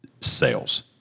sales